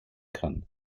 kann